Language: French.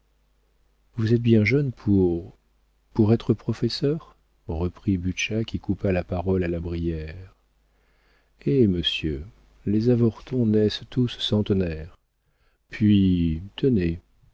vous êtes bien jeune pour pour être professeur reprit butscha qui coupa la parole à la brière eh monsieur les avortons naissent tous centenaires puis tenez